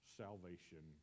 salvation